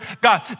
God